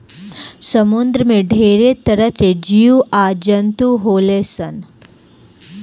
समुंद्र में ढेरे तरह के जीव आ जंतु होले सन